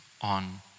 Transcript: on